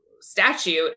statute